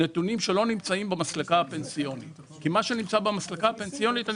נתונים שלא נמצאים במסלקה הפנסיונית כי מה שנמצא במסלקה הפנסיונית,